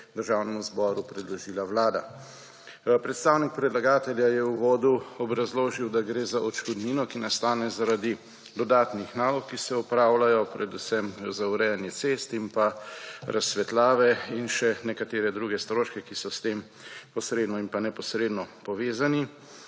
Državnemu zboru predložila vlada. Predstavnik predlagatelja je v uvodu obrazložil, da gre za odškodnino, ki nastane zaradi dodatnih nalog, ki se opravljajo, predvsem za urejanje cest in pa razsvetljave in še nekatere druge stroške, ki so s tem posredno in pa neposredno povezani